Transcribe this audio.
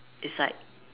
it's like